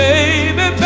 Baby